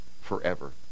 forever